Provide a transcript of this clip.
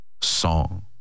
song